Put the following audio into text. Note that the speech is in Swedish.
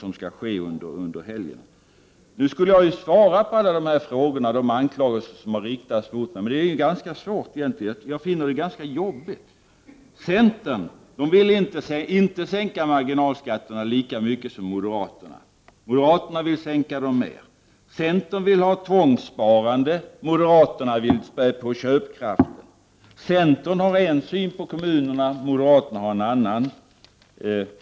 Det var meningen att jag skulle svara på alla de frågor och anklagelser som har riktats mot mig. Men det är ganska svårt, jag finner det ganska jobbigt. Centern vill inte sänka marginalskatterna lika mycket som moderaterna, moderaterna vill sänka dem mer. Centern vill ha tvångssparande, moderaterna vill spä på köpkraften. Centern har en syn på kommunerna, moderaterna har en annan.